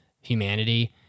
humanity